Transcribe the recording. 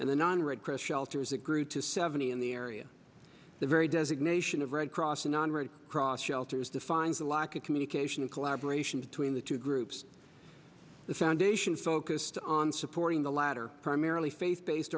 and then on red cross shelters it grew to seventy in the area the very designation of red cross non red cross shelters defines the lack of communication and collaboration between the two groups the foundation focused on supporting the latter primarily faith based